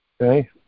okay